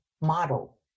model